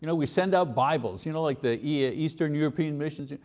you know we send out bibles, you know like the eastern european missions.